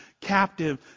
captive